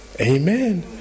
Amen